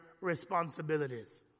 responsibilities